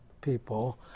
people